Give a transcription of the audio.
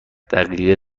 دقیقه